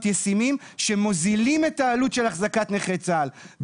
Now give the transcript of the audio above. ישימים שמוזילים את העלות של החזקת נכי צה"ל.